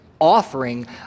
offering